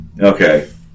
Okay